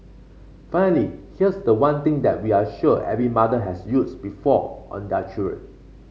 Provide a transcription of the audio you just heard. finally here's the one thing that we are sure every mother has used before on their children